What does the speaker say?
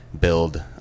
build